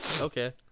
okay